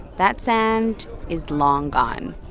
that sand is long gone.